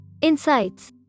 Insights